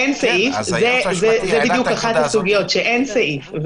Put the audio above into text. זאת בדיוק אחת הסוגיות, שאין סעיף.